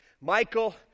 Michael